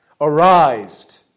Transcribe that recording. arised